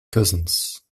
cousins